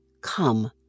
come